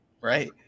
right